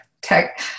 tech